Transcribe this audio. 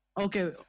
Okay